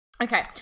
Okay